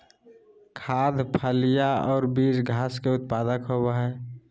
खाद्य, फलियां और बीज घास के उत्पाद होबो हइ